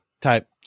type